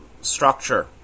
structure